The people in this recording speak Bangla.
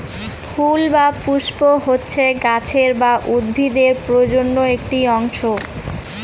ফুল বা পুস্প হচ্ছে গাছের বা উদ্ভিদের প্রজনন একটি অংশ